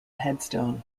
headstone